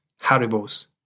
Haribos